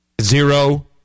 Zero